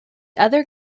other